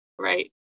right